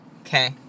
Okay